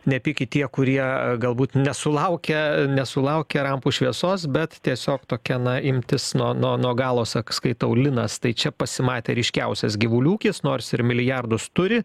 nepykit tie kurie galbūt nesulaukia nesulaukia rampų šviesos bet tiesiog tokia na imtis no nuo nuo galo sak skaitau tai čia pasimatė ryškiausias gyvulių ūkis nors ir milijardus turi